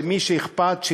מי שאכפת לו,